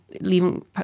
leaving